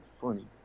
funny